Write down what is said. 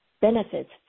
benefits